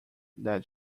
that